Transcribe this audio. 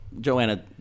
joanna